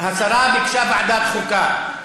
השרה ביקשה ועדת החוקה.